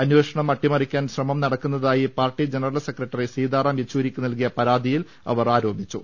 അന്വേഷണം അട്ടിമറിക്കാൻ ശ്രമം നടക്കുന്നതായി പാർട്ടി ജനറൽ സെക്രട്ടറി സീതാറാം യെച്ചൂരിക്ക് നൽകിയ പരാതിയിൽ അവർ ആരോപിച്ചു